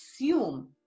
assume